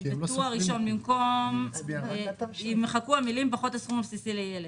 בטור הראשון יימחקו המילים "פחות הסכום הבסיסי לילד".